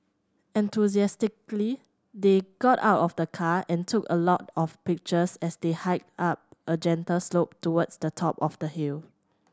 enthusiastically they got out of the car and took a lot of pictures as they hiked up a gentle slope towards the top of the hill